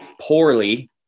poorly